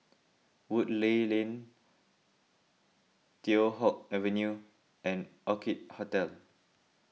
Woodleigh Lane Teow Hock Avenue and Orchid Hotel